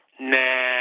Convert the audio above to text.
nah